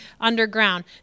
underground